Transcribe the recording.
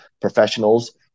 professionals